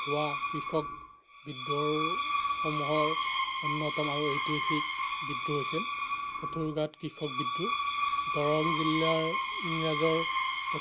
হোৱা কৃষক বিদ্ৰোহসমূহৰ অন্যতম আৰু ঐতিহাসিক বিদ্ৰোহ হৈছিল পথৰুঘাট কৃষক বিদ্ৰোহ দৰং জিলাৰ ইংৰাজৰ